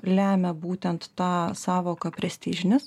lemia būtent tą sąvoką prestižinis